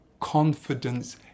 confidence